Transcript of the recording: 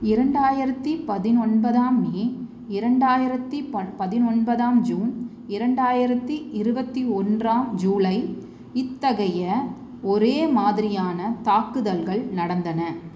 இரண்டாயிரத்தி பதினொன்பதாம் மே இரண்டாயிரத்தி ப பதினொன்பதாம் ஜூன் இரண்டாயிரத்தி இருபத்தி ஒன்றாம் ஜூலை இத்தகைய ஒரே மாதிரியான தாக்குதல்கள் நடந்தன